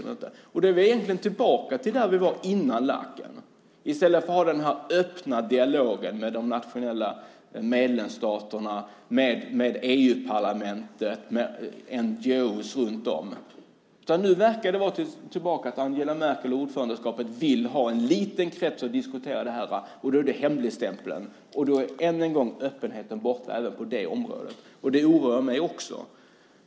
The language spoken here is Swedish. Då är vi egentligen tillbaka där vi var före Laaken i stället för att ha den öppna dialogen med de nationella medlemsstaterna, med EU-parlamentet och med NGO:er runt om. Nu verkar man vara tillbaka vid att Angela Merkel och ordförandeskapet vill ha en liten krets att diskutera det här i, och då blir det hemligstämplat. Då är än en gång öppenheten borta, även på det området, och det oroar mig också.